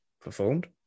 performed